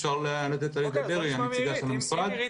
אפשר לתת לה לדבר, היא הנציגה של המשרד.